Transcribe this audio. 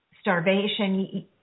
starvation